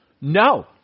No